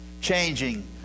changing